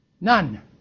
None